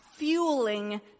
fueling